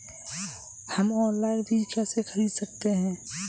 हम ऑनलाइन बीज कैसे खरीद सकते हैं?